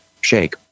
shake